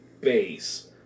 base